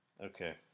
Okay